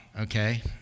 okay